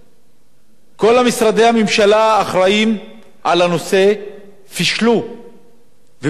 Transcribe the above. כל משרדי הממשלה האחראים לנושא פישלו ובאים ומתנגדים.